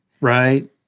right